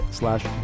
slash